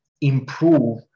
improve